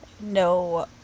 no